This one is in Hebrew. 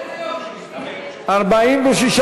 התשע"ו 2016, לוועדת החוקה, חוק ומשפט נתקבלה.